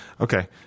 okay